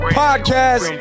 podcast